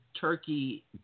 Turkey